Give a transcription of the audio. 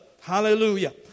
Hallelujah